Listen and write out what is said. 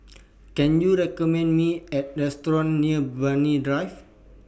Can YOU recommend Me A Restaurant near Banyan Drive